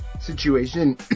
situation